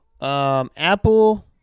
Apple